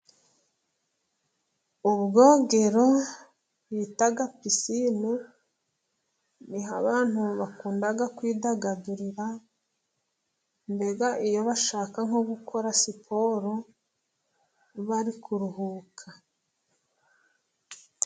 Ubwogero bita pisine niho abantu bakunda kwidagadurira mbega iyo bashaka nko gukora siporo bari kuruhuka.